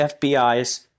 FBI's